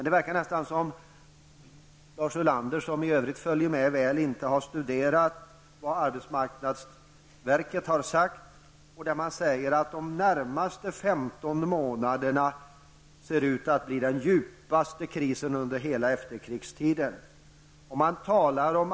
Det verkar som om Lars Ulander, som i övrigt följer med väl, inte har studerat vad arbetsmarknadsverket säger, nämligen att de närmaste 15 månaderna ser ut att bli den djupaste krisperioden under hela efterkrigstiden.